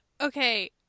okay